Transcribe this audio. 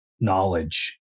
knowledge